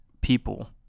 people